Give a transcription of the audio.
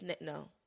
no